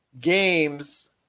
games